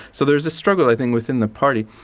so there's a struggle i think within the party.